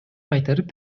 кайтарып